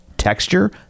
Texture